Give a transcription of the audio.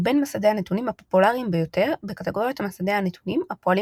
והוא בין מסדי הנתונים הפופולריים ביותר בקטגוריית מסדי הנתונים הפועלים